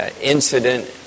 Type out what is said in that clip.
incident